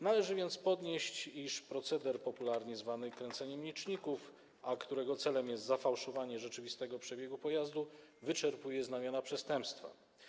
Należy więc podnieść, iż proceder popularnie zwany kręceniem liczników, którego celem jest zafałszowanie rzeczywistego przebiegu pojazdu, wyczerpuje znamiona przestępstwa.